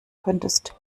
könntest